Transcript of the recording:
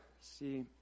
See